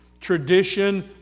tradition